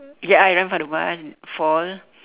ya I run for the bus fall